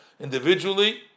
individually